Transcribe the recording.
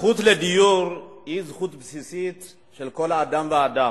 הזכות לדיור היא זכות בסיסית של כל אדם ואדם.